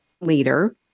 leader